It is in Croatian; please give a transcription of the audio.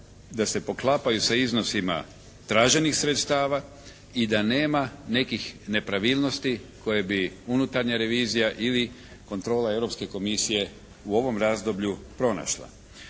da se poklapaju sa iznosima traženih sredstava i da nema nekih nepravilnosti koje bi unutarnja revizija ili kontrola Europske komisije u ovom razdoblju pronašla.